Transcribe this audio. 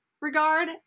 regard